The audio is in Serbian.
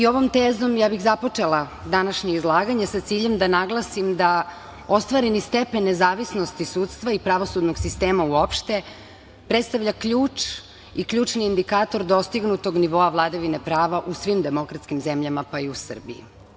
Ovom tezom bih započela današnje izlaganje sa ciljem da naglasim da ostvareni stepen nezavisnosti sudstva i pravosudnog sistema uopšte predstavlja ključ i ključni indikator dostignutog nivoa vladavine prava u svim demokratskim zemljama, pa i u Srbiji.